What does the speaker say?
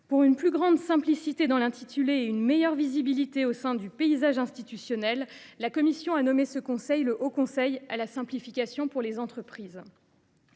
Pour une plus grande simplicité de l’intitulé et une meilleure visibilité au sein du paysage institutionnel, la commission a nommé ce conseil le « Haut Conseil à la simplification pour les entreprises